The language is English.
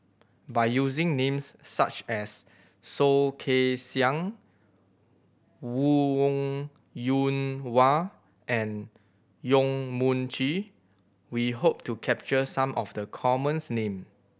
by using names such as Soh Kay Siang Wong Yoon Wah and Yong Mun Chee we hope to capture some of the commons name